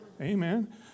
Amen